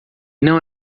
não